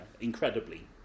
incredibly